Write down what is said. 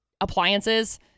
Appliances